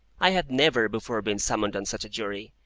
i had never before been summoned on such a jury,